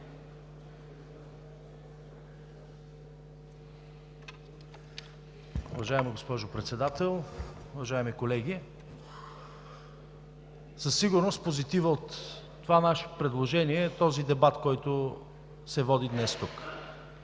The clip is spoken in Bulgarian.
Уважаема госпожо Председател, уважаеми колеги! Със сигурност позитивът от това наше предложение е този дебат, който се води днес тук.